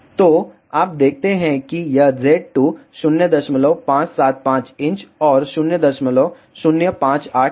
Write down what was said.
तो आप देखते हैं कि यह Z2 0575 इंच और 0058 इंच है